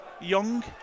young